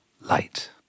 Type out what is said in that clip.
light